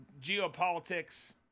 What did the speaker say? geopolitics